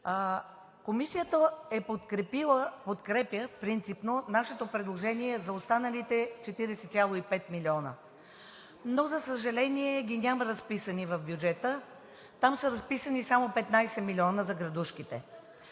Комисията подкрепя принципно нашето предложение за останалите 40,5 млн. лв. Но, за съжаление, ги няма разписани в бюджета. Там са разписани само 15 млн. лв. за градушките.